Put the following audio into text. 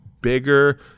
bigger